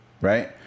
right